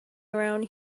around